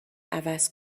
عوض